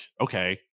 okay